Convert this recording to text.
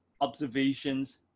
observations